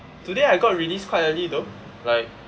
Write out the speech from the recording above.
today I got released quite early though like